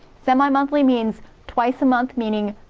semi-monthly means twice a month meaning,